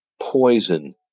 poison